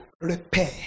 repair